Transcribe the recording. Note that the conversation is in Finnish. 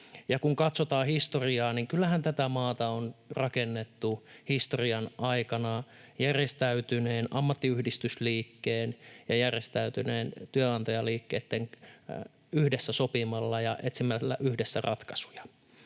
Kun katsotaan historiaa, niin kyllähän tätä maata on rakennettu historian aikana järjestäytyneen ammattiyhdistysliikkeen ja järjestäytyneitten työnantajaliikkeitten kesken yhdessä sopien ja yhdessä ratkaisuja